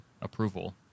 approval